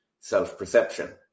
self-perception